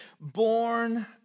born